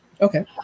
Okay